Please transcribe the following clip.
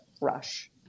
rush